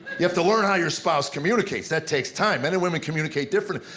you have to learn how your spouse communicates, that takes time. men and women communicate differently.